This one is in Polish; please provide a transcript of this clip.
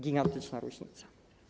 Gigantyczna różnica.